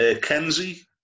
Kenzie